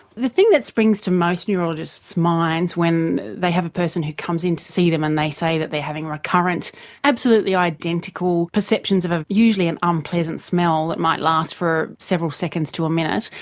the thing that springs to most neurologists' minds when they have a person who comes in to see them and they say that they are having recurrent absolutely identical perceptions of of usually an unpleasant smell that might last for several seconds to a minute,